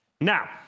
Now